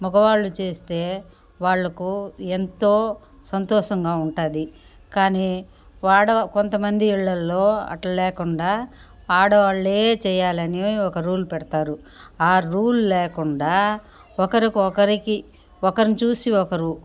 మగవాళ్ళు చేస్తే వాళ్లకు ఎంతో సంతోషంగా ఉంటాది కానీ వాడ కొంతమంది ఇళ్లల్లో అట్లా లేకుండా ఆడవాళ్లే చెయ్యాలని ఒక రూల్ పెడతారు ఆ రూల్ లేకుండా ఒకరికొకరికి ఒకరిని చూసి ఒకరు